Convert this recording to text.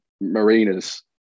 Marina's